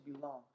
belong